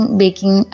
baking